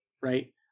right